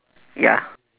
ya